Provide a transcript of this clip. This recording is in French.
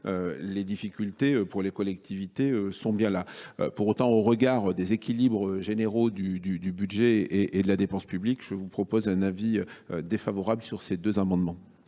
les difficultés pour les collectivités sont bien là. Pour autant, au regard des équilibres généraux du budget et de la dépense publique, la commission émet un avis défavorable sur ces amendements.